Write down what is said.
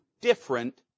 different